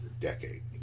decade